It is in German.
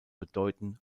bedeuten